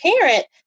parent